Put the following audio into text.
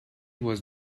was